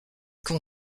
qu’on